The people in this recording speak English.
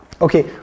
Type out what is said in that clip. Okay